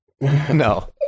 No